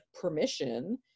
permission